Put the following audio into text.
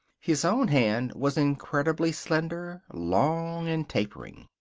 his own hand was incredibly slender, long, and tapering.